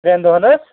ترٛٮ۪ن دۄہَن حظ